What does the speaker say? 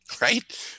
right